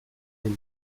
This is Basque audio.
zen